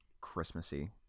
Christmassy